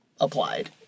applied